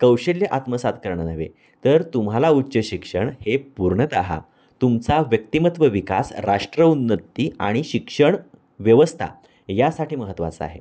कौशल्य आत्मसात करणं नव्हे तर तुम्हाला उच्च शिक्षण हे पूर्णतः तुमचा व्यक्तिमत्व विकास राष्ट्र उन्नती आणि शिक्षण व्यवस्था यासाठी महत्त्वाचा आहे